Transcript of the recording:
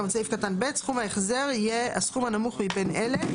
סכום ההחזר יהיה הסכום הנמוך מבין אלה,